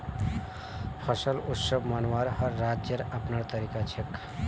फसल उत्सव मनव्वार हर राज्येर अपनार तरीका छेक